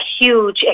huge